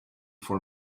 for